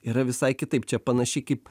yra visai kitaip čia panašiai kaip